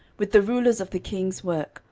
with the rulers of the king's work,